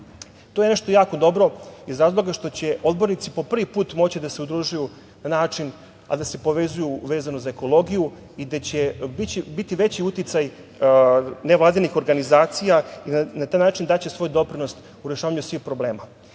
To je nešto jako dobro iz razloga što će odbornici po prvi put moći da se udružuju na način, a da se povezuju vezano za ekologiju i gde će biti veći uticaj nevladinih organizacija i na taj način daće svoj doprinos u rešavanju svih problema. Ja